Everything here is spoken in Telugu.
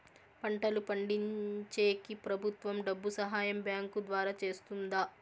పంటలు పండించేకి ప్రభుత్వం డబ్బు సహాయం బ్యాంకు ద్వారా చేస్తుందా?